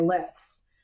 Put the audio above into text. lifts